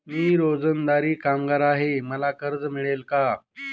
मी रोजंदारी कामगार आहे मला कर्ज मिळेल का?